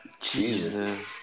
Jesus